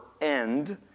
end